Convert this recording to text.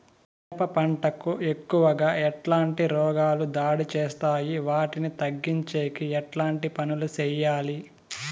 మిరప పంట కు ఎక్కువగా ఎట్లాంటి రోగాలు దాడి చేస్తాయి వాటిని తగ్గించేకి ఎట్లాంటి పనులు చెయ్యాలి?